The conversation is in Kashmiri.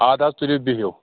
اَدٕ حظ تُلیُو بِہیُو